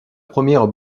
première